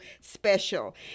special